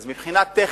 אז מבחינה טכנית,